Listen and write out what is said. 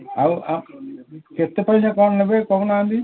ଆଉ କେତେ ପଇସା କ'ଣ ନେବେ କହୁନାହାନ୍ତି